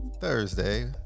Thursday